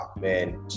man